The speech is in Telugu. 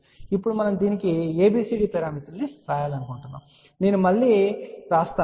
కాబట్టి ఇప్పుడు మనం దీనికి ABCD పారామితులను వ్రాయాలనుకుంటున్నాము నేను మళ్ళీ వ్రాసాను